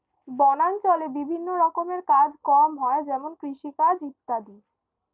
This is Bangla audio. বনাঞ্চলে বিভিন্ন রকমের কাজ কম হয় যেমন কৃষিকাজ ইত্যাদি